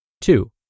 Two